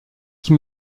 qui